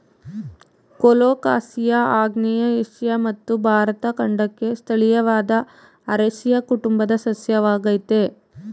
colocasia ಆಗ್ನೇಯ Asia ಮತ್ತು ಭಾರತ ಖಂಡಕ್ಕೆ ಸ್ಥಳೀಯವಾದ ಅರೇಸಿಯ ಕುಟುಂಬದ ಸಸ್ಯವಾಗಯ್ತೆ